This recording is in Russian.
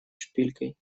шпилькой